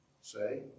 say